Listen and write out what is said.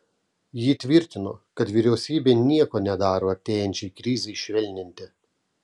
ji tvirtino kad vyriausybė nieko nedaro artėjančiai krizei švelninti